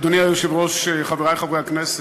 אדוני היושב-ראש, חברי חברי הכנסת,